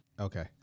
Okay